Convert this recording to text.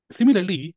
Similarly